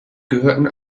gehörten